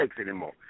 anymore